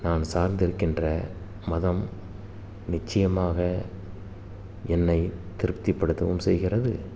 நான் சார்ந்திருக்கின்ற மதம் நிச்சயமாக என்னை திருப்திப்படுத்தவும் செய்கிறது